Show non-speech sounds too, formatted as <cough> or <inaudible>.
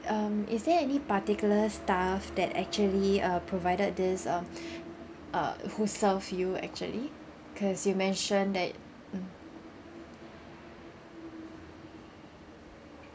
um is there any particular stuff that actually uh provided this uh <breath> uh who served you actually cause you mention that mm